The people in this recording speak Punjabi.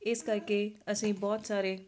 ਇਸ ਕਰਕੇ ਅਸੀਂ ਬਹੁਤ ਸਾਰੇ